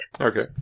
Okay